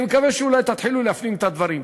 אני מקווה שאולי תתחילו להפנים את הדברים.